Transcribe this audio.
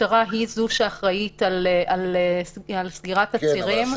המשטרה היא זאת שאחראית על סגירת הצירים.